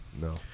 no